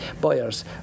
buyers